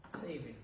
saving